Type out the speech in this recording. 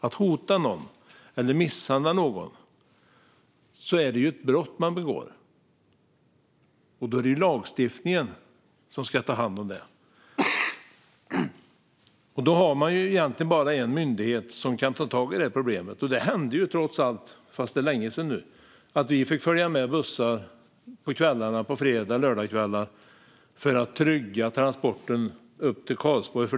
Att hota eller misshandla någon är ett brott, och det är lagstiftningen som ska ta hand om det. Då har man egentligen bara en myndighet som kan ta tag i problemet. Det hände trots allt, fast det är länge sedan nu, att vi fick följa med bussar på fredags och lördagskvällar för att trygga transporten upp till Karlsborg.